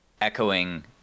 echoing